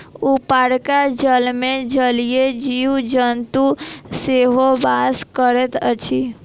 उपरका जलमे जलीय जीव जन्तु सेहो बास करैत अछि